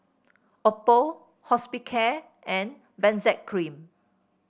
Oppo Hospicare and Benzac Cream